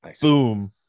Boom